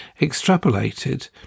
extrapolated